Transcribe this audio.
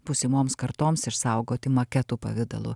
būsimoms kartoms išsaugoti maketų pavidalu